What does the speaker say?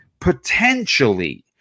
Potentially